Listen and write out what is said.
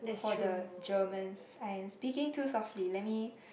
for the Germans I'm speaking too softly let me